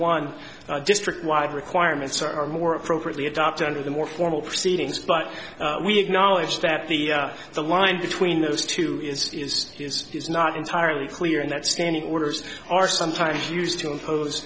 one district wide requirements are more appropriately adopt under the more formal proceedings but we acknowledge that the the line between those two years is not entirely clear and that standing orders are sometimes used to impose